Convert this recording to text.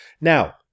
Now